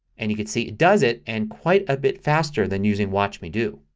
and you can see it does it and quite a bit faster than using watch me do.